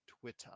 Twitter